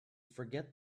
forget